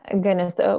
Goodness